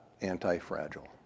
anti-fragile